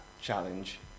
challenge